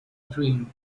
dream